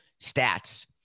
stats